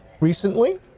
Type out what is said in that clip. recently